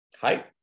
Hi